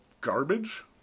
garbage